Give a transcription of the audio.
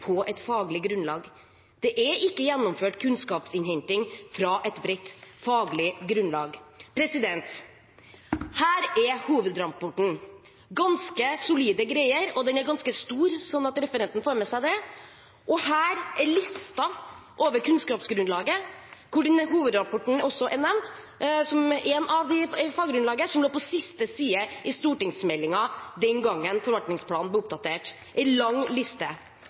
på et faglig grunnlag. Det er ikke gjennomført kunnskapsinnhenting fra et bredt faglig grunnlag. Her er hovedrapporten, ganske solide greier – og den er ganske stor, sånn at referenten får med seg det. Og her er listen over kunnskapsgrunnlaget, hvor denne hovedrapporten også er nevnt som del av faggrunnlaget, som sto på siste side i stortingsmeldingen den gangen forvaltningsplanen ble oppdatert, en lang liste.